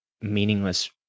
Meaningless